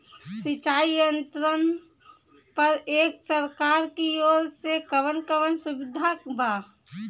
सिंचाई यंत्रन पर एक सरकार की ओर से कवन कवन सुविधा बा?